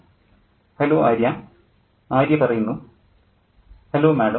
professor hello Arya Arya hello madam